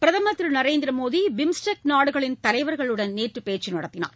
பிரதமர் திரு நரேந்திர மோடி பிம்ஸ்டெக் நாடுகளின் தலைவர்களுடன் நேற்று பேச்சு நடத்தினார்